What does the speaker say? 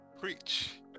preach